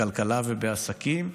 בכלכלה ובעסקים,